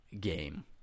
game